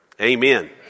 Amen